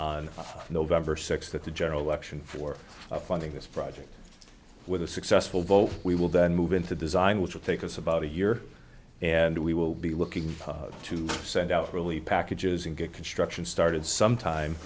on november sixth at the general election for funding this project with a successful vote we will then move into design which will take us about a year and we will be looking to send out early packages and get construction started sometime